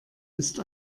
ist